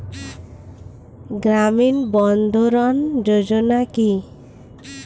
গ্রামীণ বন্ধরন যোজনা কি?